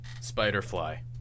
Spider-fly